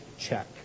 Check